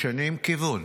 משנים כיוון.